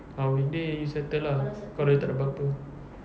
ah weekday you settle lah kalau tak ada apa-apa